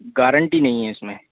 guarantee नहीं है इसमें